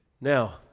Now